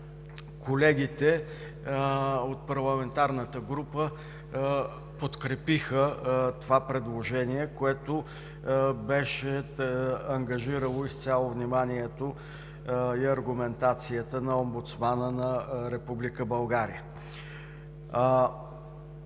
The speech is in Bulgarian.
колегите от парламентарната група подкрепиха това предложение, което беше ангажирало изцяло вниманието и аргументацията на омбудсмана на Република България.